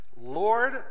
Lord